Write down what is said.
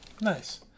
Nice